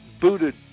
booted